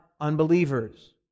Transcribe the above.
unbelievers